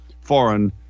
foreign